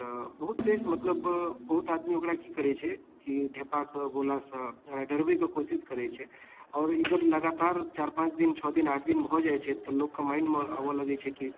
तऽ बहुत तेज मतलब बहुत आदमी ओकरा कि करै छै कि ढेपासँ गोलासँ ओकरा डरबैके कोशिश करै छै आओर ई जब लगातार चारि पाँच दिन छओ दिन आठ दिन भऽ जाइ छै तऽ लोकके माइण्डमे आबऽ लगै छै कि